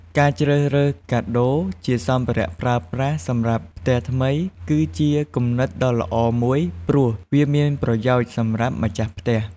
ការជ្រើសរើស កាដូរជាសម្ភារៈប្រើប្រាស់សម្រាប់ផ្ទះថ្មី គឺជាគំនិតដ៏ល្អមួយ ព្រោះវាមានប្រយោជន៍សម្រាប់ម្ចាស់ផ្ទះ។